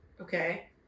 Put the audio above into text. Okay